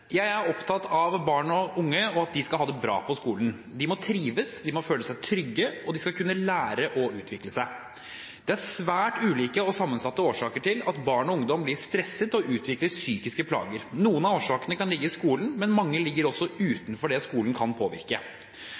Jeg er opptatt av at barn og unge skal ha det bra på skolen. De må trives og føle seg trygge for at de skal kunne lære og utvikle seg. Det er svært ulike og sammensatte årsaker til at barn og ungdom blir stresset og utvikler psykiske plager. Noen av årsakene kan ligge i skolen, men mange ligger også utenfor det skolen kan påvirke.